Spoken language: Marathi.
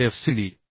हे FCD